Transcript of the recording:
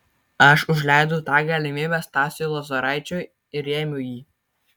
aš užleidau tą galimybę stasiui lozoraičiui ir rėmiau jį